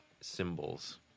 symbols